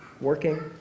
working